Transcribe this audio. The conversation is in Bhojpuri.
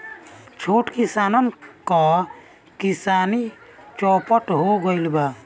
छोट किसानन क किसानी चौपट हो गइल बा